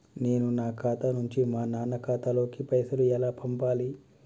నేను నా ఖాతా నుంచి మా నాన్న ఖాతా లోకి పైసలు ఎలా పంపాలి?